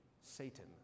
Satan